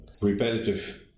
repetitive